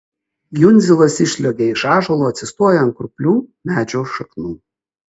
jundzilas išsliuogia iš ąžuolo atsistoja ant kuplių medžio šaknų